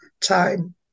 time